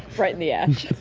right in the ash.